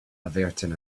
averting